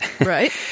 right